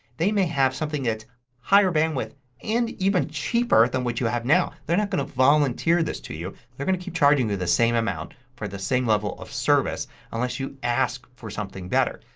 they may have something that's a higher band width and even cheaper than what you have now. they're not going to volunteer this to you they're going to keep charging you the same amount for the same level of service unless you ask for something better.